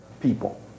people